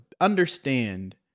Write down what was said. understand